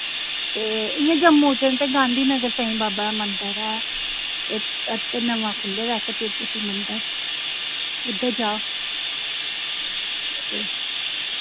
ते इ'यां जम्मू च न ते गांधीनगर साईं बाबा दा मंदर ऐ इक अजकल नवां खुह्ल्ले दा इक तिरुपति मंदार उद्धर जाओ ते